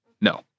No